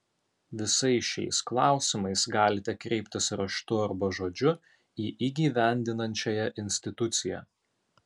visais šiais klausimais galite kreiptis raštu arba žodžiu į įgyvendinančiąją instituciją